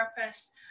purpose